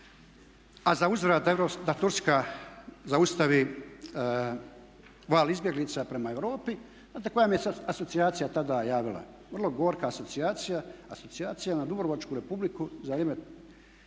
a zauzvrat da Turska zaustavi val izbjeglica prema Europi. Znate koja mi se asocijacija tada javila? Vrlo gorka asocijacija, asocijacija na Dubrovačku Republiku za